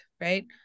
Right